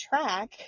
track